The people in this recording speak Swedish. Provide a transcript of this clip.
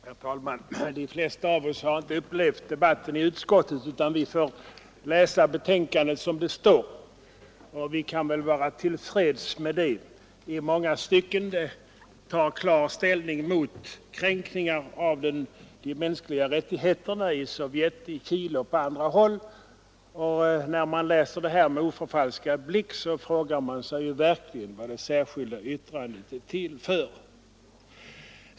Herr talman! De flesta av oss har inte upplevt debatten i utskottet utan får läsa betänkandet som det står, och vi kan vara till freds med det i många stycken. Det tar klar ställning mot kränkningar av de mänskliga rättigheterna i Sovjet, i Chile och på andra håll. När man läser betänkandet med oförvanskad blick frågar man sig verkligen vad det särskilda yttrandet är till för.